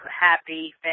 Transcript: happy